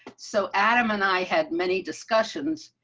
so adam and i had many discussions,